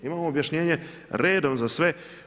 Imamo objašnjenje redom za sve.